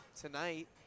tonight